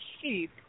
sheep